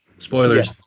spoilers